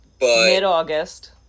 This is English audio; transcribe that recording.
Mid-August